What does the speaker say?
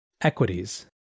Equities